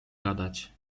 gadać